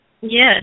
Yes